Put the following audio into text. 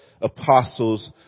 apostles